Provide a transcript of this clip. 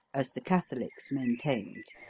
as the catholics maintained.